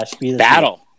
Battle